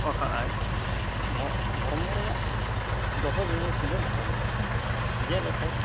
ᱟᱠᱟᱫ ᱟᱭ ᱫᱷᱚ ᱫᱷᱚᱨᱢᱚ ᱨᱮᱭᱟᱜ ᱫᱚᱦᱚ ᱡᱤᱱᱤᱥ ᱜᱮ ᱫᱷᱚᱨᱚᱢ ᱫᱚ ᱡᱮᱞᱮᱠᱟ